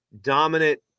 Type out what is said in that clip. dominant